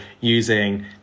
using